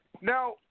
Now